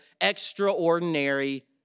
extraordinary